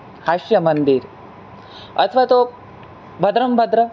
હાસ્ય મંદિર અથવા તો ભદ્રંભદ્ર